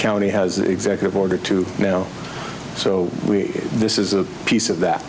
county has executive order to now so we this is a piece of that